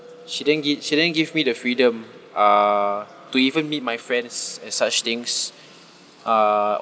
she didn't gi~ she didn't give me the freedom uh to even meet my friends and such things uh